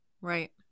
right